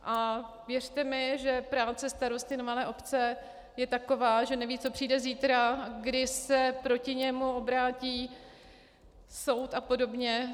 A věřte mi, že práce starosty na malé obci je taková, že neví, co přijde zítra, kdy se proti němu obrátí soud apod.